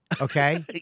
okay